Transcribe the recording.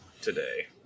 today